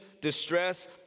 distress